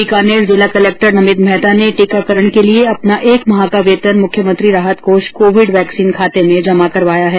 बीकानेर जिला कलेक्टर नमित मेहता ने टीकाकरण के लिए अपना एक माह का वेतन मुख्यमंत्री राहत कोष कोविड वैक्सीन खाते में जमा करवाया है